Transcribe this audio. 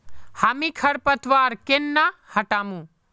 हामी खरपतवार केन न हटामु